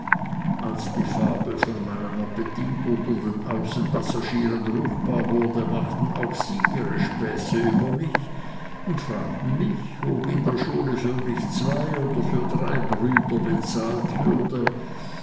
als die fabel von meinem appetit unter den außenpassagieren ruchbar wurde machten auch sie ihre späße über mich und fragten mich ob in der schule für mich für zwei oder für drei brüder bezahlt würde